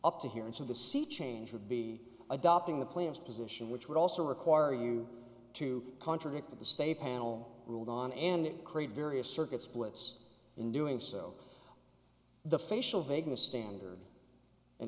up to here and so the sea change would be adopting the claims position which would also require you to contradict what the state panel ruled on and create various circuit splits in doing so the facial vagueness standard and